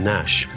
Nash